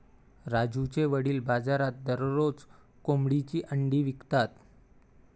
राजूचे वडील बाजारात दररोज कोंबडीची अंडी विकतात